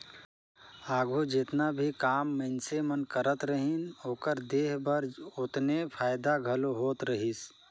आघु जेतना भी काम मइनसे मन करत रहिन, ओकर देह बर ओतने फएदा घलो होत रहिस